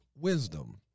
wisdom